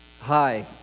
Hi